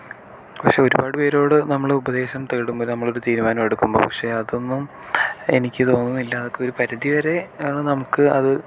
പക്ഷേ ഒരുപാടുപേരോട് നമ്മൾ ഉപദേശം തേടുമ്പോൾ നമ്മളൊരു തീരുമാനം എടുക്കുമ്പോൾ പക്ഷെ അതൊന്നും എനിക്ക് തോന്നുന്നില്ല അതൊക്കെ ഒരു പരിധിവരെ ആണ് നമുക്ക് അത്